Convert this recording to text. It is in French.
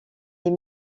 est